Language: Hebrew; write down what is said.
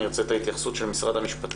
אני ארצה את ההתייחסות של משרד המשפטים.